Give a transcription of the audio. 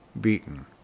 beaten